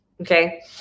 Okay